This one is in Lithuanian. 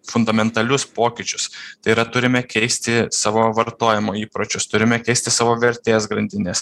fundamentalius pokyčius tai yra turime keisti savo vartojimo įpročius turime keisti savo vertės grandines